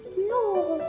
no